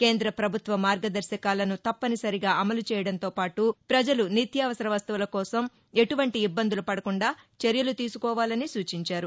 కేంద్ర ప్రభుత్వ మార్గదర్భకాలను తప్పనిసరిగా అమలు చేయడంతో పాటు ప్రజలు నిత్యావసర వస్తువుల కోసం ఎటువంటి ఇబ్బందులు పడకుండా చర్యలు తీసుకోవాలని సూచించారు